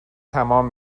تمام